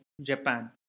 Japan